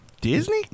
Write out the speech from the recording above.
Disney